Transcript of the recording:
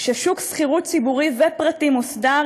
ששוק שכירות ציבורי ופרטי מוסדר,